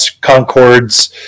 concords